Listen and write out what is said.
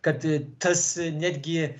kad tas netgi